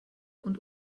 und